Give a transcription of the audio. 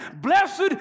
blessed